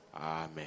Amen